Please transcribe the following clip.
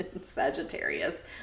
sagittarius